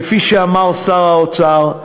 כפי שאמר שר האוצר,